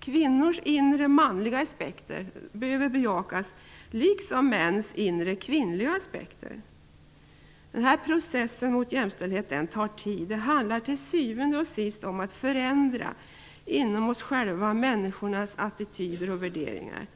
Kvinnors inre ''manliga'' aspekter behöver bejakas, liksom mäns inre ''kvinnliga'' aspekter. Den här processen mot jämställdhet tar tid. Det handlar till syvende och sist om att förändra människors attityder och värderingar.